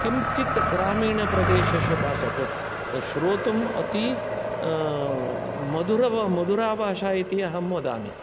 किञ्चित् ग्रामीणप्रदेशस्य भाषा श्रोतुम् अति मधुर व मधुरा भाषा इति अहं वदामि